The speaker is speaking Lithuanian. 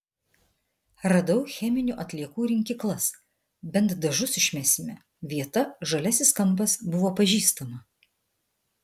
radau cheminių atliekų rinkyklas bent dažus išmesime vieta žaliasis kampas buvo pažįstama